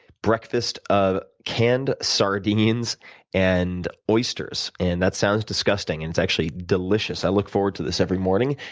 breakfast of canned sardines and oysters. and that sounds disgusting, and it's actually delicious, i look forward to this every morning.